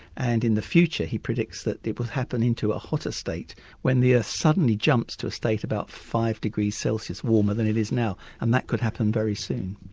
and in the future he predicts that it will happen into a hotter state when the earth ah suddenly jumps to a state about five degrees celsius warmer than it is now, and that could happen very soon.